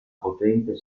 potente